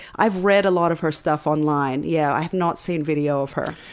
i've read a lot of her stuff online, yeah. i have not seen video of her.